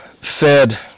fed